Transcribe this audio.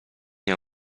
nie